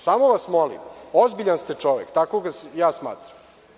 Samo vas molim ozbiljan ste čovek, takvog vas ja smatram.